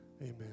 Amen